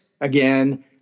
again